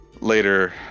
later